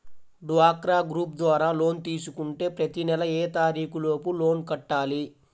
డ్వాక్రా గ్రూప్ ద్వారా లోన్ తీసుకుంటే ప్రతి నెల ఏ తారీకు లోపు లోన్ కట్టాలి?